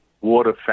water